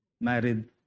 married